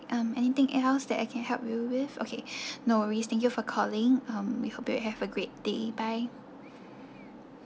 um anything else that I can help you with okay no worries thank you for calling um with a bit have a great day bye